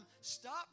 Stop